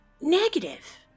Negative